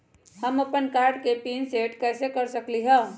हम अपन कार्ड के पिन कैसे सेट कर सकली ह?